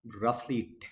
roughly